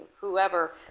whoever